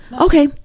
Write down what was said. Okay